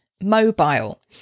Mobile